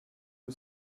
you